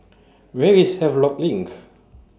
Where IS Havelock LINK